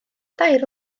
dair